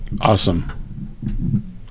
awesome